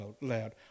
loud